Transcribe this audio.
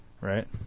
Right